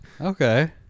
Okay